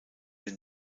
den